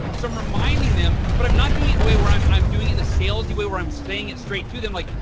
so, i'm reminding them but i'm not doing it in a way where i'm i'm doing in a salesy way where i'm saying it straight to them like,